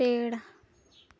पेड़